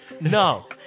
No